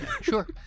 Sure